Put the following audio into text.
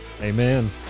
Amen